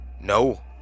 No